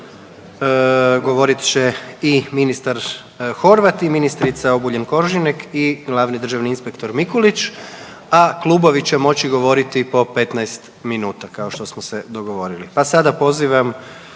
govorit će i ministar Horvat i ministrica Obuljen-Koržinek i glavni državni inspektor Mikulić, a klubovi će moći govoriti po 15 minuta, kao što smo se dogovorili,